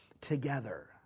together